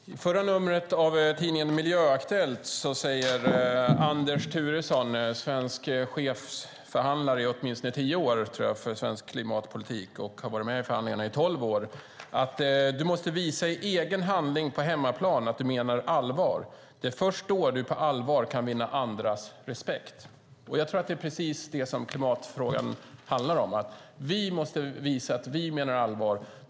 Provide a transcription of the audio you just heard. Fru talman! I förra numret av tidningen Miljöaktuellt säger Anders Turesson som varit chefsförhandlare för svensk klimatpolitik i åtminstone tio år och deltagit i förhandlingarna i tolv år: Du måste visa i egen handling på hemmaplan att du menar allvar. Det är först då du på allvar kan vinna andras respekt. Det är precis det som klimatfrågan handlar om. Vi måste visa att vi menar allvar.